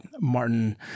Martin